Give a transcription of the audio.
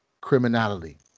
criminality